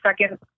second